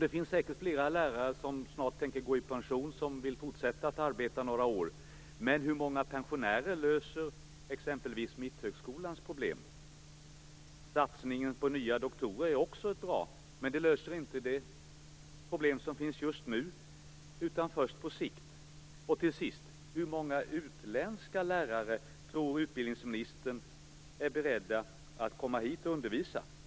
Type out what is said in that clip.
Det finns säkert flera lärare som snart tänker gå i pension som vill fortsätta att arbeta några år. Men hur många pensionärer löser exempelvis Mitthögskolans problem? Satsningen på nya doktorer är också bra, men den löser inte dessa problem nu, utan först på sikt. Till sist: Hur många utländska lärare tror utbildningsministern är beredda att komma hit och undervisa?